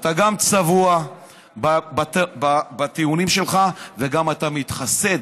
אתה גם צבוע בטיעונים שלך וגם מתחסד,